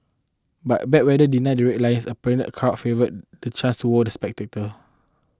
but bad weather denied the Red Lions a perennial crowd favourite the chance to wow the spectator